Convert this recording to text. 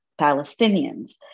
Palestinians